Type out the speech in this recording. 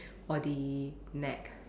body neck